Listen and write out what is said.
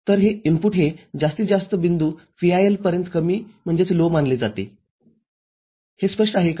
तर इनपुट हे जास्तीत जास्त बिंदू VIL पर्यंत कमी मानले जाते हे स्पष्ट आहे का